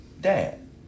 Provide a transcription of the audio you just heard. dad